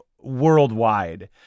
worldwide